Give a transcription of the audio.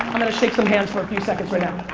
i'm gonna shake some hands for a few seconds right